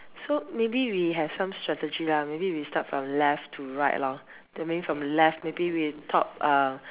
so maybe we have some strategy lah maybe we start from left to right lor then maybe from left maybe we top uh